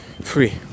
free